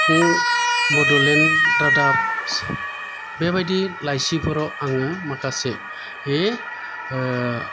बड'लेण्ड रादाब बेबायदि लाइसिफोराव आङो माखासे